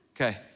Okay